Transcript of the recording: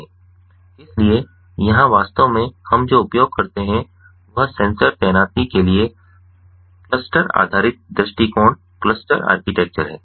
इसलिए यहां वास्तव में हम जो उपयोग करते हैं वह सेंसर तैनाती के लिए क्लस्टर आधारित दृष्टिकोण क्लस्टर आर्किटेक्चर है